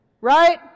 Right